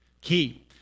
Key